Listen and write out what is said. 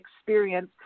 experience